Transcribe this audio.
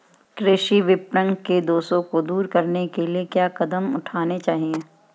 कृषि विपणन के दोषों को दूर करने के लिए क्या कदम उठाने चाहिए?